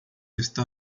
está